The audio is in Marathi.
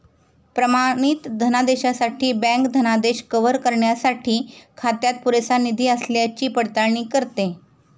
प्रमाणित धनादेशासाठी बँक धनादेश कव्हर करण्यासाठी खात्यात पुरेसा निधी असल्याची पडताळणी करते